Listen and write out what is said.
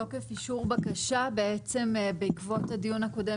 תוקף אישור בקשה - בעצם בעקבות הדיון הקודם